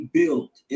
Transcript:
built